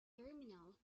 terminal